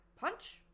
punch